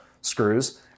screws